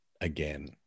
again